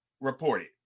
reported